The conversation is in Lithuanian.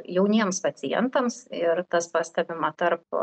jauniems pacientams ir tas pastebima tarp